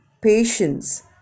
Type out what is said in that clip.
patience